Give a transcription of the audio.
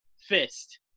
Fist